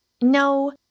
No